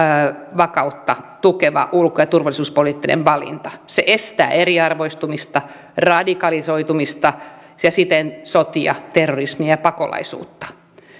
vakautta tukeva ulko ja turvallisuuspoliittinen valinta se estää eriarvoistumista radikalisoitumista ja siten sotia terrorismia ja pakolaisuutta